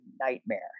nightmare